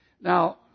Now